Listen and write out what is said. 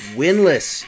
winless